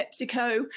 PepsiCo